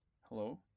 Hello